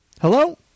Hello